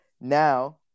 now